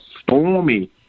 stormy